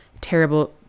terrible